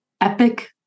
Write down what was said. epic